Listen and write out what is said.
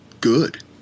good